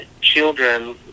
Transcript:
children